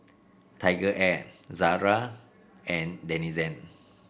TigerAir Zara and Denizen